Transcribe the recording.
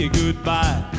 goodbye